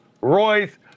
Royce